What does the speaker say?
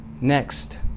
Next